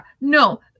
no